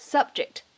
Subject 。